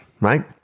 right